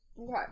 Okay